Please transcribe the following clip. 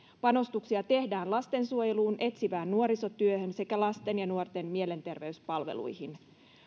panostuksia tehdään lastensuojeluun etsivään nuorisotyöhön sekä lasten ja nuorten mielenterveyspalveluihin